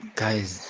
guys